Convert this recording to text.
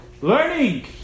Learning